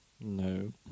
No